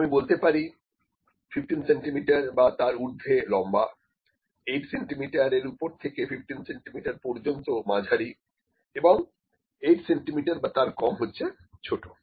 যেমন আমি বলতে পারি 15 সেন্টিমিটার বা তার উর্ধ্বে লম্বা 8 সেন্টিমিটার এর ওপরে থেকে 15 সেন্টিমিটার পর্যন্ত মাঝারি এবং 8 সেন্টিমিটার বা তার কম হচ্ছে ছোট